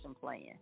plan